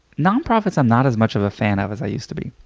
nonprofits i'm not as much of a fan of as i used to be.